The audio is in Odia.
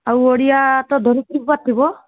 ଆଉ ଓଡ଼ିଆ ତ ଧରିତ୍ରୀ ପେପର୍ ଥିବ